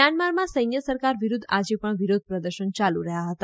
મ્યાનમારમાં સૈન્ય સરકાર વિરૂદ્ધ આજે પણ વિરોધ પ્રદર્શન ચાલુ રહ્યા હતા